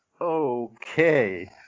Okay